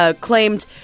claimed